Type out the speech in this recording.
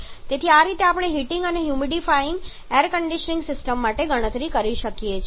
539 kgmin તેથી આ રીતે આપણે હીટિંગ અને હ્યુમિડિફાઇંગ એર કન્ડીશનીંગ સિસ્ટમ માટે ગણતરી કરી શકીએ છીએ